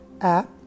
app